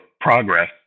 progress